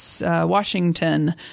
Washington